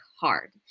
hard